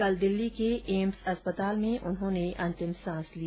कल दिल्ली के एम्स में उन्होंने अंतिम सांस ली